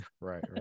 Right